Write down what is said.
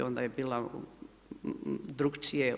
Onda je bila drukčije.